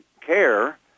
care